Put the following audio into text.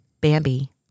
Bambi